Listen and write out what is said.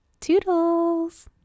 Toodles